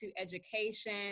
education